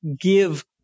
give